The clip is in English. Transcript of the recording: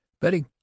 Betty